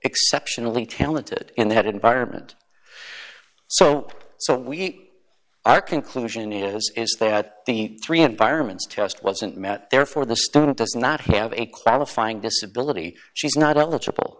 exceptionally talented in that environment so so we our conclusion is is that the three environments test wasn't met therefore the student does not have a qualifying disability she's not eligible